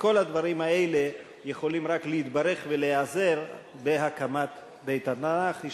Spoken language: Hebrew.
וכל הדברים האלה יכולים רק להתברך ולהיעזר בהקמת בית התנ"ך.